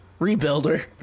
Rebuilder